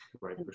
Right